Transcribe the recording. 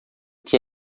que